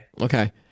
Okay